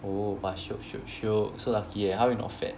oh but shiok shiok shiok so lucky eh how are you not fat